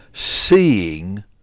seeing